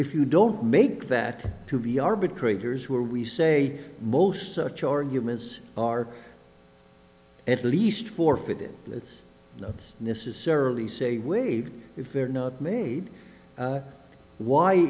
if you don't make that to be arbitrators where we say most such arguments are at least forfeited it's not necessarily say waived if they're not made